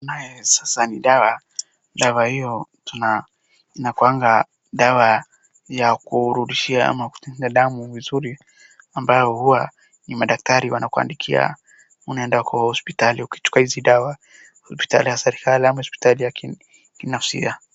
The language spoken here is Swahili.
Haya sasa ni dawa, dawa hiyo inakuwanga dawa ya kurudishia ama kutengeneza damu vizuri ambayo huwa ni madaktari wanakuandikia, unaenda kwa hospitali ukichukua hizo dawa, hospitali ya serikali ama hospitali ya kinafsia.